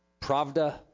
Pravda